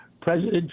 President